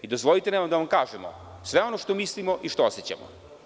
Dozvolite nam da vam kažemo sve ono što mislimo i što osećamo.